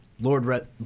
Lord